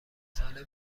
ساله